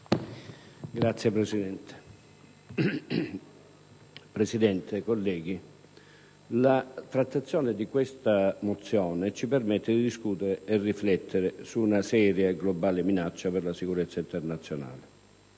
*(IdV)*. Signor Presidente, colleghi, la trattazione di questa mozione ci permette di discutere e di riflettere su una seria e globale minaccia per la sicurezza internazionale.